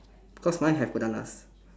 cause mine have bananas